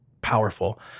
powerful